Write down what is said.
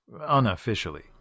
Unofficially